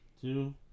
two